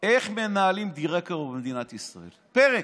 איך מנהלים דירקטור במדינת ישראל, פרק.